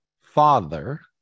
Father